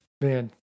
Man